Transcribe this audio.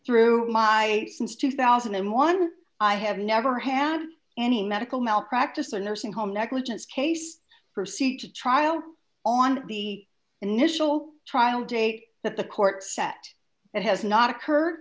through my since two thousand and one i have never had any medical malpractise or nursing home negligence case proceed to trial on the initial trial date that the court set that has not occurred